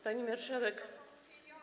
Pani Marszałek!